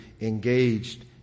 engaged